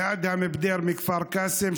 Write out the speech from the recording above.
לאדהם בדיר מכפר קאסם,